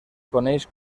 coneix